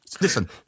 listen